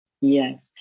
Yes